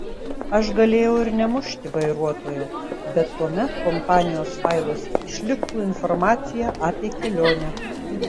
aš galėjau ir nemušti vairuotojo bet tuomet kompanijos failuose išliktų informacija apie kelionę